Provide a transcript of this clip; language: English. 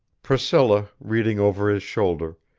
priscilla, reading over his shoulder,